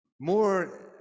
more